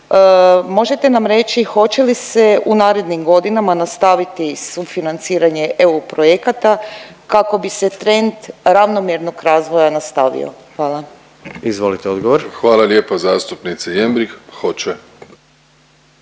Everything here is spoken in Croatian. možete li nam reći hoće li se u narednim godinama nastaviti sufinanciranje eu projekata kako bi se trend ravnomjernog razvoja nastavio? Hvala. **Jandroković, Gordan (HDZ)** Izvolite